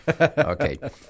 Okay